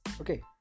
Okay